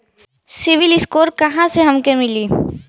CIBIL score कहाँसे हमके मिली?